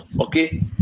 Okay